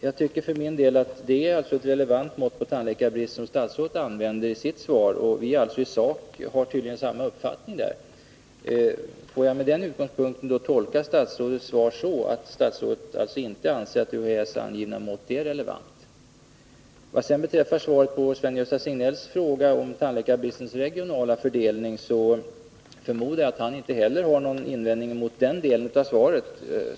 Jag tycker att det är ett relevant mått på tandläkarbristen som statsrådet använder i svaret. Vi har alltså tydligen i sak samma uppfattning därvidlag. Får jag med den utgångspunkten tolka statsrådets svar så, att statsrådet inte anser att UHÄ:s angivna mått är relevant. Vad sedan beträffar svaret på Sven-Gösta Signells fråga om tandläkarbristens regionala fördelning, förmodar jag att han inte heller har någon invändning mot den delen av svaret.